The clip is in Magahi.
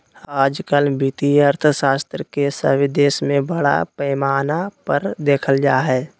आजकल वित्तीय अर्थशास्त्र के सभे देश में बड़ा पैमाना पर देखल जा हइ